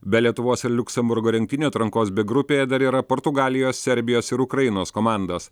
be lietuvos ir liuksemburgo rinktinių atrankos b grupėje dar yra portugalijos serbijos ir ukrainos komandos